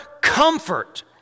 comfort